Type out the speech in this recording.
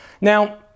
Now